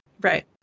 Right